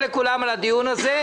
תודה רבה, הדיון נעול.